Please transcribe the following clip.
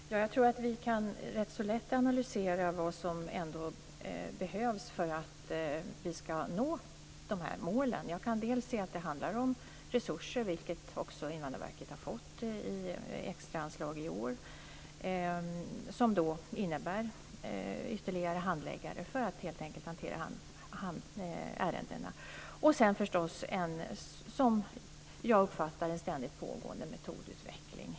Fru talman! Jag tror att vi rätt så lätt kan analysera vad som behövs för att vi ska nå dessa mål. Jag kan se att det handlar om resurser - Invandrarverket har också fått extraanslag i år som innebär ytterligare handläggare för att man helt enkelt ska kunna hantera ärendena. Sedan behövs det förstås, som jag uppfattar det, en ständigt pågående metodutveckling.